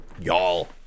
Y'all